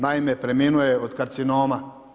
Naime preminuo je od karcinoma.